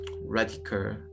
Radical